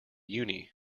uni